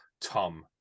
Tom